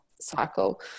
cycle